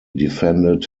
defended